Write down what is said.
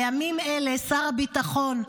בימים אלה שר הביטחון,